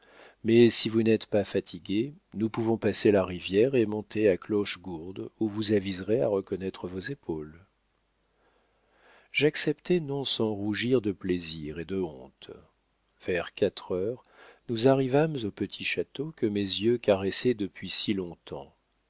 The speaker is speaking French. mais si vous n'êtes pas fatigué nous pouvons passer la rivière et monter à clochegourde où vous aviserez à reconnaître vos épaules j'acceptai non sans rougir de plaisir et de honte vers quatre heures nous arrivâmes au petit château que mes yeux caressaient depuis si long-temps